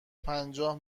پنجاه